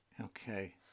Okay